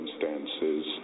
circumstances